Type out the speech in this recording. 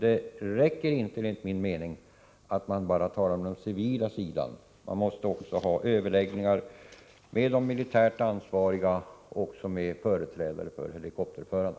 Det räcker enligt min mening inte att bara tala med den civila sidan, utan man måste också ha överläggningar med de militärt ansvariga och med företrädare för helikopterförarna.